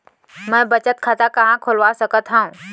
मै बचत खाता कहाँ खोलवा सकत हव?